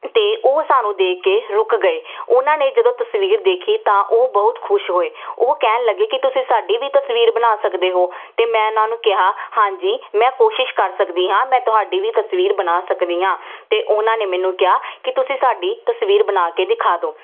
ਅਤੇ ਉਹ ਸਾਨੂੰ ਦੇਖ ਕੇ ਰੁਕ ਗਏ ਉਹਨਾਂ ਨੇ ਜਦੋਂ ਤਸਵੀਰ ਦੇਖੀ ਤਾਂ ਉਹ ਬਹੁਤ ਖੁਸ਼ ਹੋਏ ਉਹ ਕਹਿਣ ਲੱਗੇ ਕਿ ਤੁਸੀਂ ਸਾਡੀ ਵੀ ਤਸਵੀਰ ਬਣਾ ਸਕਦੇ ਹੋ ਅਤੇ ਮੈਂ ਉਹਨਾਂ ਨੂੰ ਕਿਹਾ ਹਾਂਜੀ ਮੈਂ ਕੋਸ਼ਿਸ਼ ਕਰ ਸਕਦੀ ਹਾਂ ਮੈਂ ਤੁਹਾਡੀ ਵੀ ਤਸਵੀਰ ਬਣਾ ਸਕਦੀ ਹਾਂ ਅਤੇ ਉਹਨਾਂ ਨੇ ਮੈਨੂੰ ਕਿਹਾ ਕਿ ਤੁਸੀਂ ਸਾਡੀ ਤਸਵੀਰ ਬਣਾ ਕੇ ਦਿਖਾ ਦਿਓ